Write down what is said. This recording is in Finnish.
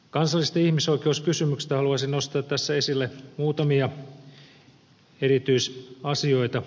kansallisista ihmisoikeuskysymyksistä haluaisin nostaa tässä esille muutamia erityisasioita